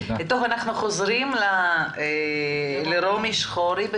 אנחנו חוזרים לרומי שחורי.